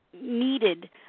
needed